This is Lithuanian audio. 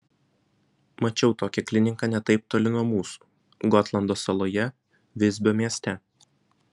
mačiau tokią kliniką ne taip toli nuo mūsų gotlando saloje visbio mieste